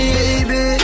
baby